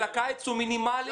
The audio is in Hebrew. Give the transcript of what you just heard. סכום מינימלי?